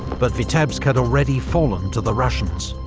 but vitebsk had already fallen to the russians.